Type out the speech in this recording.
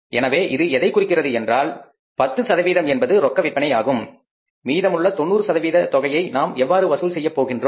எனவே இது எதைக் குறிக்கிறது என்றால் 10 சதவீதம் என்பது ரொக்க விற்பனை ஆனால் மீதமுள்ள 90 சதவீத தொகையை நாம் எவ்வாறு வசூல் செய்யப் போகின்றோம்